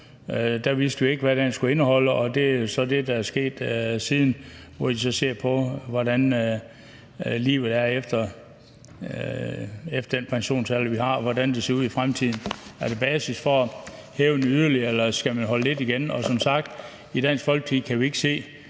Da vidste vi ikke, hvad den skulle indeholde, og det er jo så det, der er sket siden. Og den skal se på, hvordan livet er efter den pensionsalder, vi har, og hvordan det ser ud i fremtiden, altså om der er basis for at hæve den yderligere, eller om man skal holde lidt igen. Og som sagt kan vi i Dansk Folkeparti ikke se,